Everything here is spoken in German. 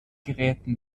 geräten